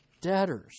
debtors